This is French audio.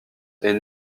est